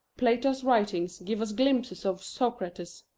plato's writings give us glimpses of socrates,